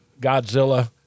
Godzilla